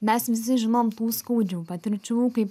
mes visi žinom tų skaudžių patirčių kai